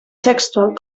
textual